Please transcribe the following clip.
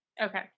Okay